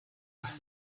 des